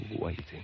waiting